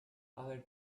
other